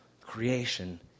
creation